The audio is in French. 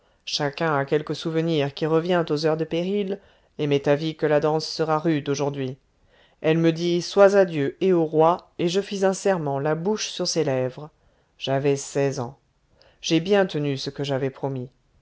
chacun a quelque souvenir qui revient aux heures de péril et m'est avis que la danse sera rude aujourd'hui elle me dit sois à dieu et au roi et je fis un serment la bouche sur ses lèvres j'avais seize ans j'ai bien tenu ce que j'avais promis